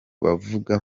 bavuga